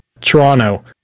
Toronto